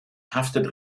haftet